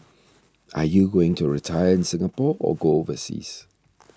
are you going to retire in Singapore or go overseas